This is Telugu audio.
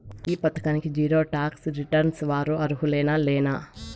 ఈ పథకానికి జీరో టాక్స్ రిటర్న్స్ వారు అర్హులేనా లేనా?